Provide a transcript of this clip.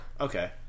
Okay